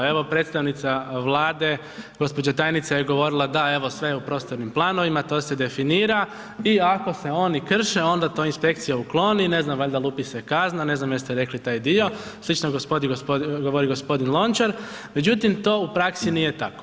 Evo predstavnica Vlade, gđa. tajnica je govorila, da evo sve je u prostornim planovima, to se definira i ako se oni krše, onda inspekcija to ukloni, ne znam, valjda lupi se kazna, ne znam jeste rekli taj dio, slično govori g. Lončar, međutim, to u praksi nije tako.